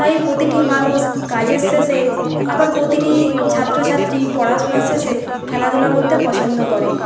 তাই প্রতিটি মানুষ কাজের শেষে আবার প্রতিটি ছাত্রছাত্রী পড়াশোনার শেষে খেলাধুলা করতে পছন্দ করে